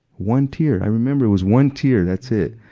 one tear! i remember it was one tear, that's it.